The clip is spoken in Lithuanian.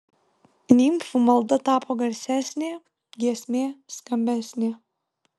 nimfų malda tapo garsesnė giesmė skambesnė